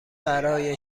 برای